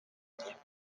allemagne